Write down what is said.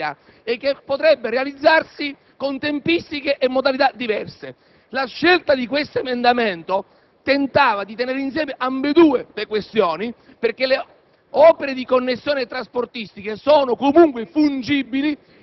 come Governo che l'opera è semplicemente non prioritaria e potrebbe realizzarsi con tempistiche e modalità diverse. La scelta di questo emendamento tentava di tenere insieme ambedue le questioni, perché le